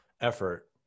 effort